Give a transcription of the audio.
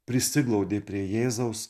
prisiglaudė prie jėzaus